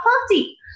party